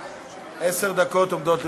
עשר דקות עומדות לרשותך.